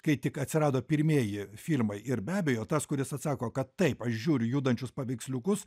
kai tik atsirado pirmieji firmai ir be abejo tas kuris atsako kad taip aš žiūriu judančius paveiksliukus